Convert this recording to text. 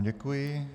Děkuji.